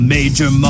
Major